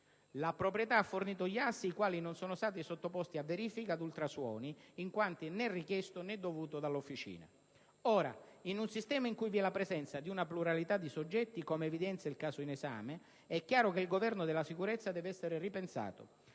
La proprietà ha fornito gli assi, i quali non sono stati sottoposti a verifica ad ultrasoni, in quanto né richiesto né dovuto dall'officina. In un sistema in cui vi è la presenza di una pluralità di soggetti, come evidenzia il caso in esame, è chiaro che il governo della sicurezza deve essere ripensato.